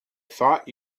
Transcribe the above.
thought